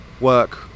work